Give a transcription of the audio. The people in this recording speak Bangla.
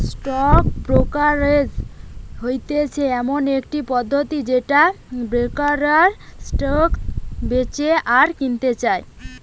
স্টক ব্রোকারেজ হতিছে এমন একটা পদ্ধতি যেটাতে ব্রোকাররা স্টক বেচে আর কিনতেছে